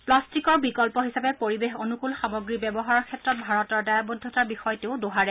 প্লাট্টিকৰ বিকল্প হিচাপে পৰিবেশ অনুকুল সামগ্ৰীৰ ব্যৱহাৰৰ ক্ষেত্ৰত ভাৰতৰ দায়বদ্ধতাৰ বিষয়টোও দোহাৰে